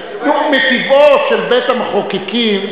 מטבעו של בית-המחוקקים,